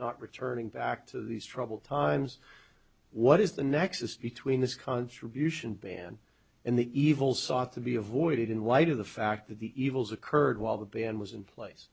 not returning back to these troubled times what is the nexus between this contribution ban and the evil sought to be avoided in light of the fact that the evils occurred while the ban was in place